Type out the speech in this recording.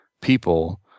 people